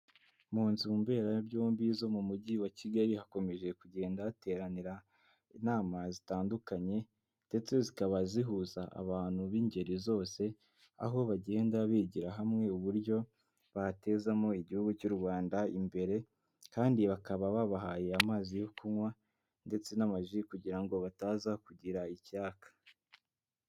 Mu nzu mberabyombi zo mu Mujyi wa Kigali, hakomeje kugenda hateranira inama zitandukanye ndetse zikaba zihuza abantu b'ingeri zose, aho bagenda bigira hamwe uburyo batezamo igihugu cy'u Rwanda imbere kandi bakaba babahaye amazi yo kunywa ndetse n'amaji kugira ngo bataza kugira icyaka.